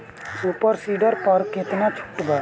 Super seeder पर केतना छूट बा?